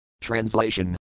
Translation